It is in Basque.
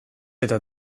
eta